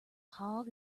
hog